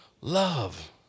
love